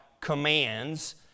commands